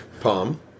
Palm